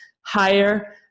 higher